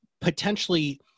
potentially